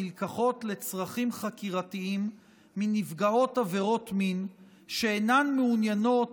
הנלקחות לצרכים חקירתיים מנפגעות עבירות מין שאינן מעוניינות